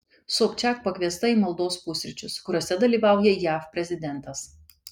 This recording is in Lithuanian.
sobčiak pakviesta į maldos pusryčius kuriuose dalyvauja jav prezidentas